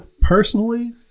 personally